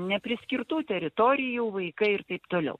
nepriskirtų teritorijų vaikai ir taip toliau